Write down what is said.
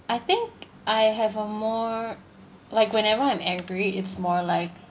I think I have a more like whenever I'm angry it's more like